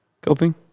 coping